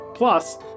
Plus